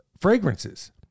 fragrances